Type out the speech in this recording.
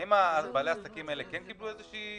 האם בעלי העסקים האלה כן קיבלו איזו עזרה?